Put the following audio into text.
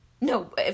no